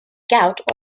gout